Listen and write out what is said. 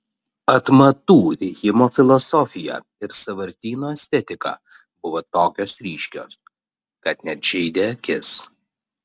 atmatų rijimo filosofija ir sąvartyno estetika buvo tokios ryškios kad net žeidė akis